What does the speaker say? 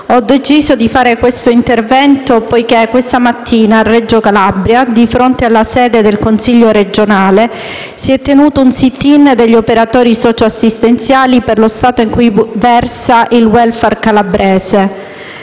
ho deciso di fare questo intervento poiché questa mattina a Reggio Calabria, di fronte alla sede del Consiglio regionale, si è tenuto un *sit-in* degli operatori socio-assistenziali per lo stato in cui versa il *welfare* calabrese.